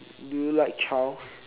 do you like child